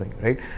Right